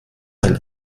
ein